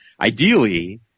Ideally